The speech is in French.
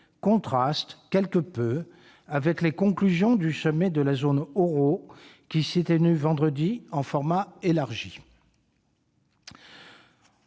contraste quelque peu avec les conclusions du sommet de la zone euro qui s'est tenu vendredi en format élargi.